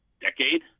decade